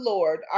Lord